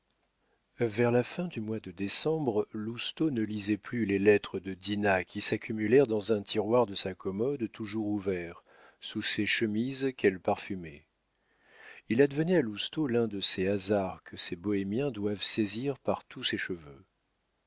vers la fin du mois de décembre lousteau ne lisait plus les lettres de dinah qui s'accumulèrent dans un tiroir de sa commode toujours ouvert sous ses chemises qu'elles parfumaient il advenait à lousteau l'un de ces hasards que ces bohémiens doivent saisir par tous ses cheveux